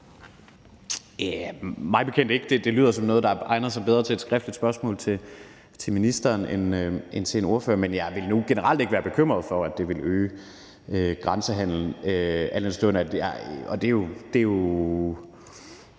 Sand Kjær (S): Det lyder som noget, der egner sig bedre til et skriftligt spørgsmål til ministeren end til en ordfører. Men jeg vil nu generelt ikke være bekymret for, at det vil øge grænsehandlen, al den stund